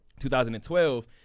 2012